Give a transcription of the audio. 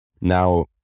Now